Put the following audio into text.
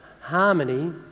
harmony